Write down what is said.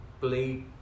Play